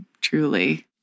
truly